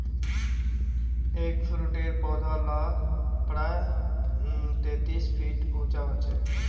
एगफ्रूटेर पौधा ला प्रायः तेतीस फीट उंचा होचे